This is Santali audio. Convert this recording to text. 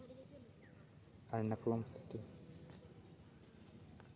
ᱟᱭᱱᱟ ᱠᱩᱣᱟᱹᱢ ᱥᱤᱴᱤ